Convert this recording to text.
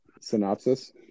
Synopsis